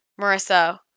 Marissa